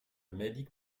mèdic